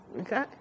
okay